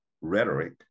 rhetoric